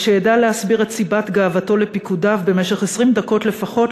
ושידע להסביר את סיבת גאוותו לפקודיו במשך 20 דקות לפחות,